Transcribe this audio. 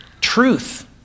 truth